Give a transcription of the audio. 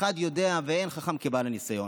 אחד יודע, ואין חכם כבעל ניסיון.